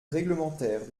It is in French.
réglementaire